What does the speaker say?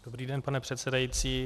Dobrý den, pane předsedající.